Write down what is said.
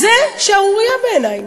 זו שערורייה בעיני.